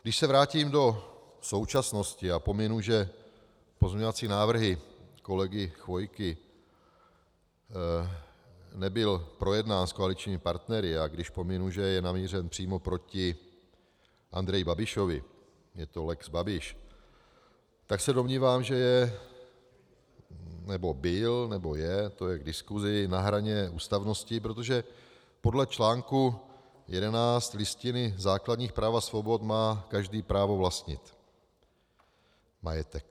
Když se vrátím do současnosti a pominu, že pozměňovací návrh kolegy Chvojky nebyl projednán s koaličními partnery, a když pominu, že je namířen přímo proti Andreji Babišovi, je to lex Babiš, tak se domnívám, že je nebo byl, nebo je, to je k diskusi na hraně ústavnosti, protože podle článku 11 Listiny základních práv a svobod má každý právo vlastnit majetek.